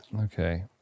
Okay